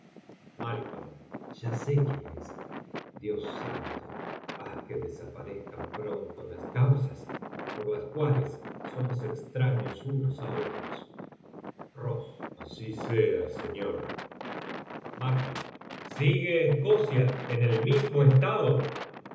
ya sé quién es dios santo haz que desaparezcan pronto las causas por las cuales somos extraños unos á otros así sea señor sigue escocia en el mismo estado